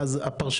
הדברים